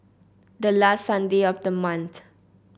the last Sunday of the month